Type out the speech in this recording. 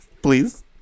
Please